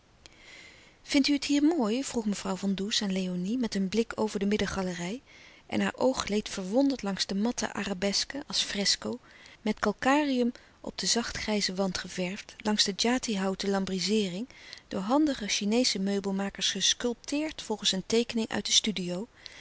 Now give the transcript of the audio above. vindt u het hier mooi vroeg mevrouw van does aan léonie met een blik over de middengalerij en haar oog gleed verwonderd langs de matte arabesken als fresco met calcarium op den zacht grijzen wand geverfd langs de djati houten lambrizeering door handige chineesche meubelmakers gesculpteerd volgens een teekening uit de studio